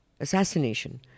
assassination